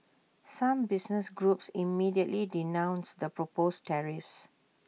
some business groups immediately denounced the proposed tariffs